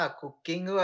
cooking